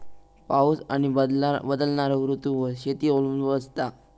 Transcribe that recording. पाऊस आणि बदलणारो ऋतूंवर शेती अवलंबून असता